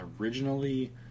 originally